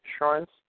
insurance